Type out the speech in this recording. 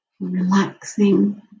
relaxing